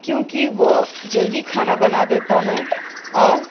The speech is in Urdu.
کیونکہ وہ جلدی کھانا بنا دیتا ہے اور